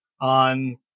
on